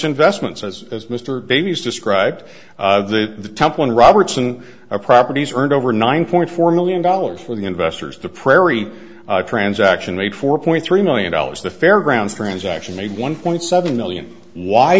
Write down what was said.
investments as as mr davies described the temple in robertson our properties earned over nine point four million dollars for the investors to prairie transaction made four point three million dollars the fairgrounds transaction made one point seven million why